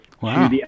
Wow